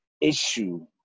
issue